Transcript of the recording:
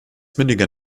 mündiger